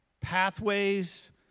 pathways